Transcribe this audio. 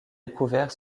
découvert